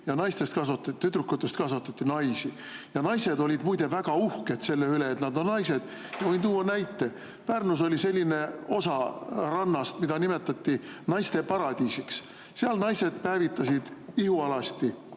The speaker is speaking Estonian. kui poistest kasvatati mehi ja tüdrukutest kasvatati naisi. Naised olid muide väga uhked selle üle, et nad on naised. Võin tuua näite. Pärnus oli selline osa rannast, mida nimetati naiste paradiisiks. Seal naised päevitasid ihualasti,